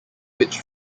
which